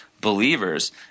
Believers